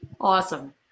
awesome